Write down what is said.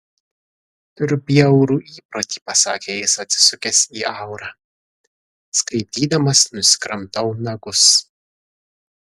turiu bjaurų įprotį pasakė jis atsisukęs į aurą skaitydamas nusikramtau nagus